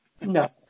no